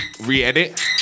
re-edit